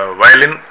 violin